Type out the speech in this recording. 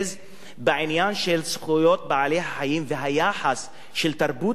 בעניין של זכויות בעלי-החיים והיחס של תרבות האסלאם